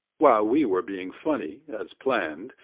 while we were being funny, as planned,